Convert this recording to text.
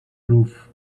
roof